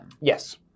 Yes